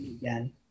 again